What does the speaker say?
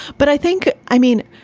but i think i mean,